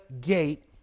gate